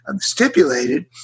stipulated